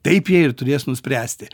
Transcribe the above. taip jie ir turės nuspręsti